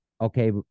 Okay